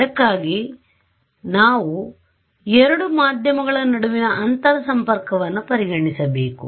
ಅದಕ್ಕಾಗಿ ನಾವು ಎರಡು ಮಾಧ್ಯಮಗಳ ನಡುವಿನ ಅಂತರಸಂಪರ್ಕವನ್ನುಪರಿಗಣಿಸಬೇಕು